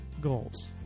goals